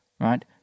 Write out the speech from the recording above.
right